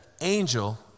Angel